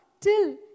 Till